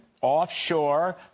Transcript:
offshore